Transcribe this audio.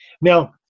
Now